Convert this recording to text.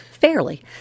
fairly